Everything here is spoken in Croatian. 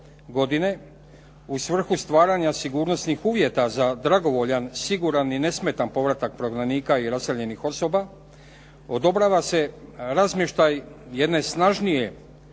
godine, u svrhu stvaranja sigurnosnih uvjeta za dragovoljan, siguran i nesmetan povratak prognanika i raseljenih osoba, odobrava se razmještaj jedne snažnije